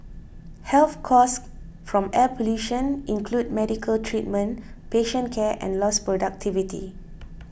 health costs from air pollution include medical treatment patient care and lost productivity